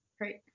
Great